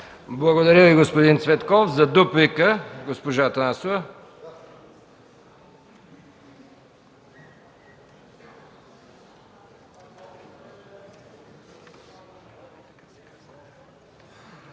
Благодаря Ви, господин Цветков. За дуплика – госпожа Атанасова.